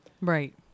Right